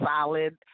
solid